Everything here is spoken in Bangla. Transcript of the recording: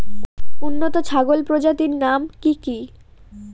উন্নত ছাগল প্রজাতির নাম কি কি?